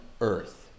earth